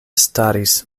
staris